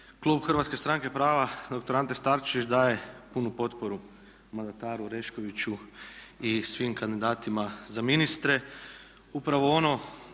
Klub Hrvatske stranke prava doktor Ante Starčević daje punu potporu mandataru Oreškoviću i svim kandidatima za ministre. Upravo ono